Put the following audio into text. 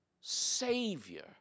Savior